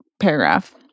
paragraph